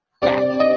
back